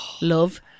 Love